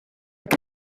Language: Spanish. que